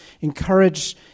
encourage